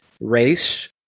race